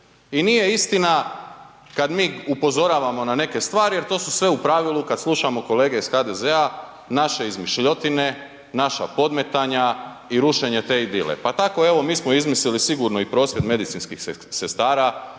I nije istina kada mi upozoravamo na neke stvari jer to su sve u pravilu kada slušamo kolege iz HDZ-a naše izmišljotine, naša podmetanja i rušenja te idile. Pa tako evo mi smo izmislili i prosvjed medicinskih sestara